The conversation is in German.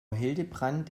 hildebrand